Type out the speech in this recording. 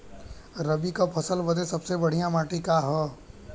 रबी क फसल बदे सबसे बढ़िया माटी का ह?